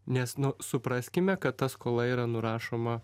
nes nu supraskime kad ta skola yra nurašoma